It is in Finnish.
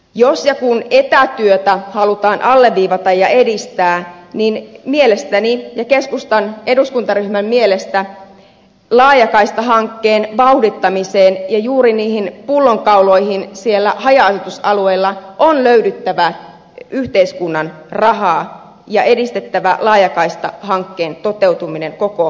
jos ja kun etätyötä halutaan alleviivata ja edistää niin mielestäni ja keskustan eduskuntaryhmän mielestä laajakaistahankkeen vauhdittamiseen ja juuri niihin pullonkauloihin siellä haja asutusalueilla on löydyttävä yhteiskunnan rahaa ja on edistettävä laajakaistahankkeen toteutumista koko maassa